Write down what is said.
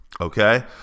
okay